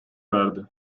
verdi